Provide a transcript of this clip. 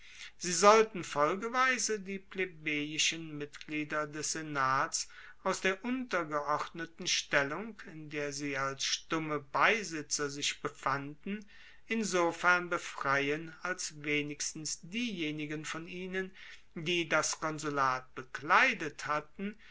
sie sollten folgeweise die plebejischen mitglieder des senats aus der untergeordneten stellung in der sie als stumme beisitzer sich befanden insofern befreien als wenigstens diejenigen von ihnen die das konsulat bekleidet hatten